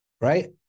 right